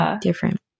different